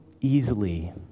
easily